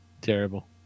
Terrible